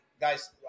guys